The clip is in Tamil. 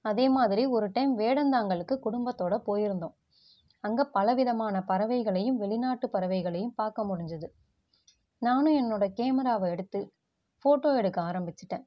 அதேமாதிரி ஒரு டைம் வேடந்தாங்கலுக்கு குடும்பத்தோடு போயிருந்தோம் அங்கேப் பலவிதமான பறவைகளையும் வெளிநாட்டுப் பறவைகளையும் பார்க்க முடிஞ்சது நானும் என்னோடய கேமராவை எடுத்து ஃபோட்டோ எடுக்க ஆரம்பித்திட்டேன்